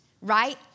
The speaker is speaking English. right